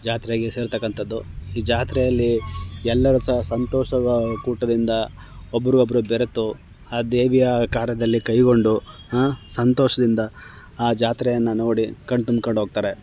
ಜಾತ್ರೆಗೆ ಸೇರತಕ್ಕಂಥದ್ದು ಈ ಜಾತ್ರೆಯಲ್ಲಿ ಎಲ್ಲರು ಸ ಸಂತೋಷವಾ ಕೂಟದಿಂದ ಒಬ್ಬರು ಒಬ್ಬರು ಬೆರೆತು ಆ ದೇವಿಯ ಕಾರ್ಯದಲ್ಲಿ ಕೈಗೊಂಡು ಸಂತೋಷದಿಂದ ಆ ಜಾತ್ರೆಯನ್ನು ನೋಡಿ ಕಣ್ತುಂಬ್ಕೊಂಡು ಹೋಗ್ತಾರೆ